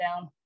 down